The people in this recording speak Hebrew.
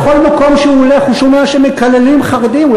בכל מקום שהוא הולך הוא שומע שמקללים חרדים.